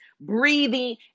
breathing